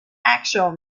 actual